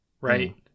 right